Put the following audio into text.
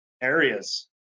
areas